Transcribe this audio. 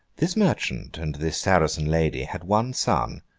this merchant and this saracen lady had one son,